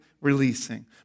releasing